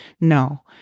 no